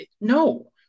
no